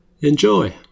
Enjoy